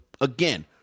Again